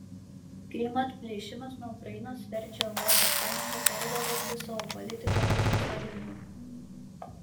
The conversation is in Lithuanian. krymo atplėšimas nuo ukrainos verčia europos sąjungą pergalvoti savo politiką rusijos atžvilgiu